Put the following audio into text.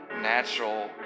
natural